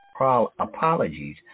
apologies